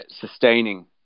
sustaining